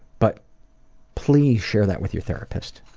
but please share that with your therapist.